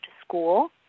school